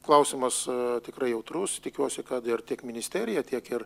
klausimas tikrai jautrus tikiuosi kad ir tiek ministerija tiek ir